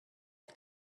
had